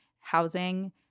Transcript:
housing